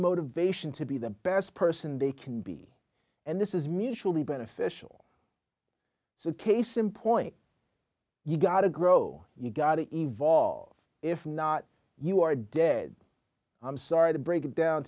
motivation to be the best person they can be and this is mutually beneficial so case in point you gotta grow you gotta evolve if not you are dead i'm sorry to break it down